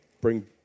bring